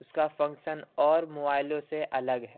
اس کا فنکشن اور موبائلوں سے الگ ہے